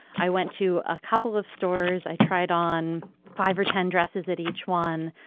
i went to a couple of stores. i tried on five or ten dresses at each one.